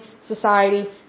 society